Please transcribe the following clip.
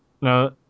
No